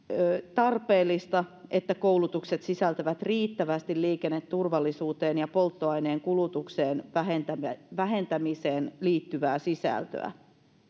tarpeellista että koulutukset sisältävät riittävästi liikenneturvallisuuteen ja polttoaineen kulutuksen vähentämiseen vähentämiseen liittyvää sisältöä